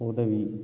உதவி